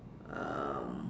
um